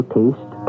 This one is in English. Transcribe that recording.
taste